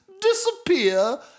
disappear